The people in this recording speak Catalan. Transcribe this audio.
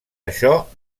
això